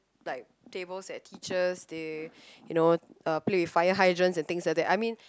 like tables at teachers they you know uh play with fire hydrants and things like that I mean